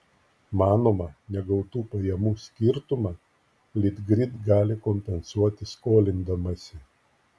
manoma negautų pajamų skirtumą litgrid gali kompensuoti skolindamasi